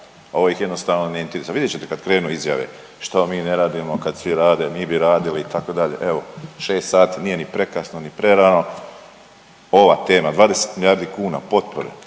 Ovi ih jednostavno ne interesira, vidjet ćete kad krenu izjave što mi ne radimo kad svi rade, mi bi radili itd. Evo 6 sati nije ni prekasno, ni prerano, ova tema 20 milijardi kuna potpore